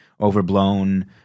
overblown